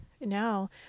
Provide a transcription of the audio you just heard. Now